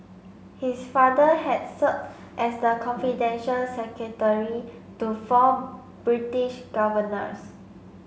his father had served as the confidential secretary to four British governors